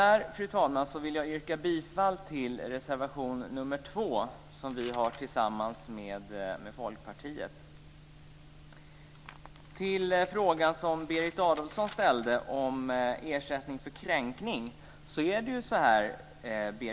Med detta vill jag yrka bifall till reservation nr 2 som vi har avgett tillsammans med Berit Adolfsson ställde en fråga om ersättning för kränkning.